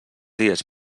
dies